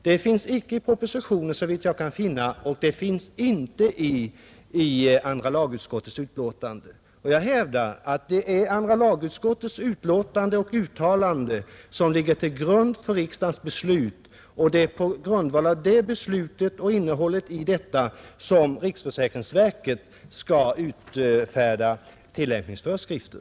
Den fanns inte i propositionen, såvitt jag kan se, och den finns inte i andra lagutskottets utlåtande. Jag hävdar att det är andra lagutskottets utlåtande och uttalande, som ligger till grund för riksdagens beslut, och det är på grundval av det beslutet och innehållet i detta som riksförsäkringsverket skall utfärda tillämpningsföreskrifter.